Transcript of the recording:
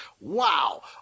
wow